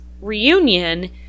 reunion